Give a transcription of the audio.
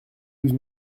douze